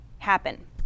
happen